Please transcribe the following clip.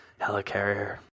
helicarrier